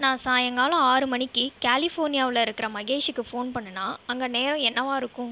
நான் சாயங்காலம் ஆறு மணிக்கு கலிஃபோர்னியாவுல இருக்கிற மகேஷ்க்கு ஃபோன் பண்ணினா அங்கே நேரம் என்னவாக இருக்கும்